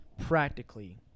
practically